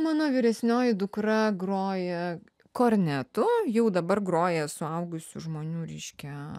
mano vyresnioji dukra groja kornetu jau dabar groja suaugusių žmonių reiškia